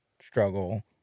struggle